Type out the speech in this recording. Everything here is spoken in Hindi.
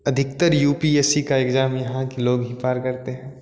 अधिकतर यू पी एस सी का इग्ज़ाम यहाँ के लोग ही पार करते हैं